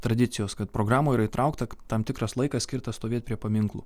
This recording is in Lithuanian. tradicijos kad programų yra įtraukta tam tikras laikas skirtas stovėt prie paminklų